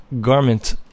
garment